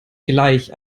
gleich